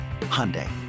Hyundai